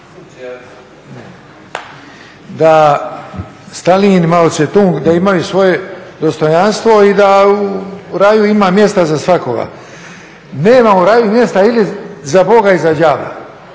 da Staljin i Mao Tse Tung da imaju svoje dostojanstvo i da u raju ima mjesta za svakoga. Nema u raju mjesta i za Boga i za đavla.